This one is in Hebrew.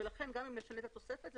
לכן גם אם נשנה את התוספת,